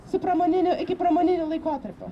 su pramoniniu pramoniniu laikotarpiu